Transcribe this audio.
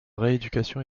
rééducation